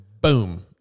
boom